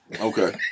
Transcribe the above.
Okay